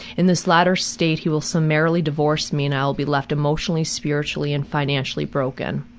in this latter state, he will summarily divorce me and, i will be left emotionally, spiritually and financially broken.